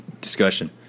discussion